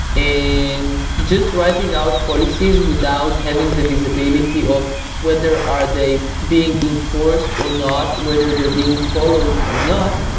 and just writing out policies without having the visibility of whether are they being enforced or not, whether they're being followed or not.